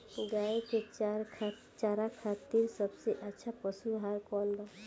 गाय के चारा खातिर सबसे अच्छा पशु आहार कौन बा?